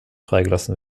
freigelassen